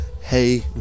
hey